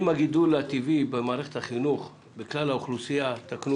אם הגידול הטבעי במערכת החינוך בכלל האוכלוסייה תקנו